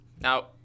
Now